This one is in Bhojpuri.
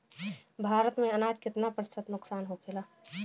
भारत में अनाज कितना प्रतिशत नुकसान होखेला?